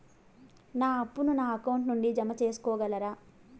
నా అప్పును నా అకౌంట్ నుండి జామ సేసుకోగలరా?